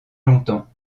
longtemps